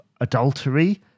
adultery